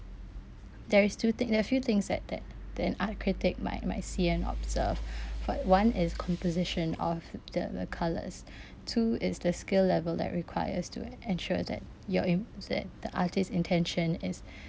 there is two things there are few things that that that an art critic might might see and observe for one is composition of the the colours two is the skill level that requires to en~ ensure that your in~ that the artist's intention is